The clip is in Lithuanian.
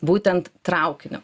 būtent traukiniu